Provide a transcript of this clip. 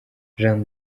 jeanne